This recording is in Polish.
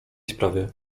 sprawie